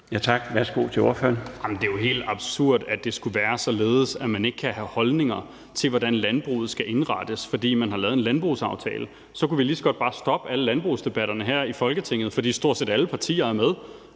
Kl. 22:06 Carl Valentin (SF): Det er jo helt absurd, hvis det skulle være således, at man ikke kan have holdninger til, hvordan landbruget skal indrettes, fordi man har lavet en landbrugsaftale. Så kunne vi lige så godt bare stoppe alle landbrugsdebatterne her i Folketinget, fordi stort set alle partier er med.